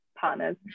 partners